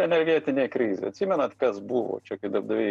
energetinė krizė atsimenat kas buvo čia kai darbdaviai